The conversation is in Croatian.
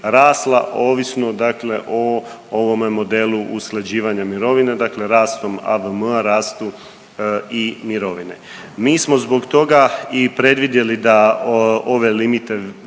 ovisno dakle o ovome modelu usklađivanja mirovina, dakle rastom AVM-a rastu i mirovine. Mi smo zbog toga i predvidjeli da ove limite